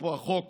אפרופו החוק